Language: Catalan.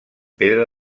pedra